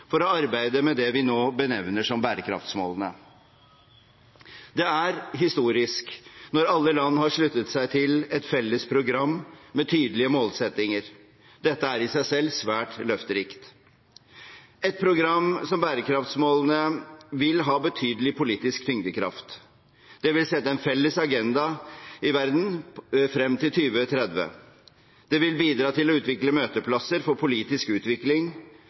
for å arbeide med det vi nå benevner som bærekraftsmålene. Det er historisk når alle land nå har sluttet seg til et felles program med tydelige målsettinger. Dette er i seg selv svært løfterikt. Et program som bærekraftsmålene vil ha betydelig politisk tyngdekraft. Det vil sette en felles agenda i verden frem mot 2030, det vil bidra til å utvikle møteplasser for politisk utvikling,